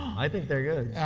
i think they're good.